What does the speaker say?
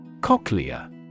Cochlea